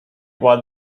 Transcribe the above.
while